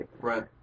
Right